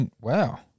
Wow